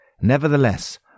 Nevertheless